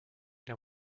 der